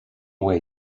way